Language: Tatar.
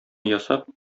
ясап